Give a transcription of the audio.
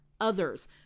others